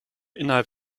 innerhalb